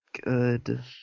good